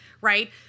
Right